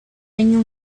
regno